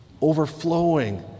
overflowing